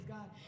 God